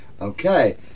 Okay